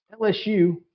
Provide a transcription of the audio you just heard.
LSU